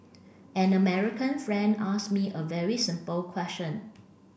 an American friend asked me a very simple question